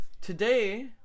today